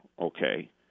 Okay